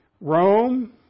Rome